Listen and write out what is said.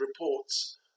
reports